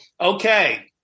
okay